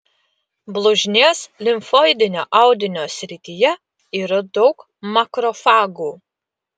blužnies limfoidinio audinio srityje yra daug makrofagų